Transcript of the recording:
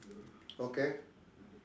okay